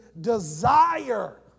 desire